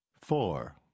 Four